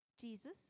Jesus